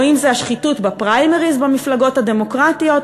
או אם זה השחיתות בפריימריז במפלגות הדמוקרטיות.